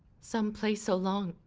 some play so long,